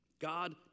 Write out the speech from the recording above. God